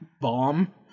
bomb